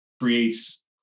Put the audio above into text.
creates